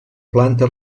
planta